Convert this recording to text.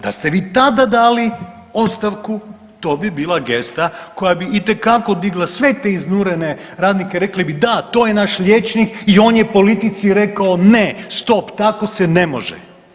Da ste vi tada dali ostavku to bi bila gesta koja bi itekako digla sve te iznurene radnike, rekli bi da, to je naš liječnik i on je politici rekao ne, stop, tako se ne može.